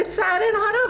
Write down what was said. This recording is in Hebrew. לצערנו הרב,